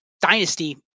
Dynasty